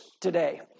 today